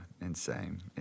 insane